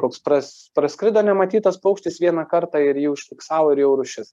koks pras praskrido nematytas paukštis vieną kartą ir jį užfiksavo ir jau rūšis